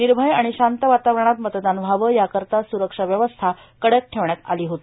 निर्भय आणि शांत वातावरणात मतदान व्हावं याकरता स्रक्षा व्यवस्था कडक ठेवण्यात आली होती